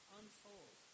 unfold